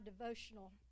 devotional